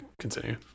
continue